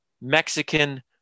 Mexican